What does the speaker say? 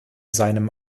seinem